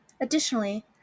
Additionally